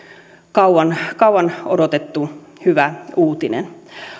kauan kauan odotettu hyvä uutinen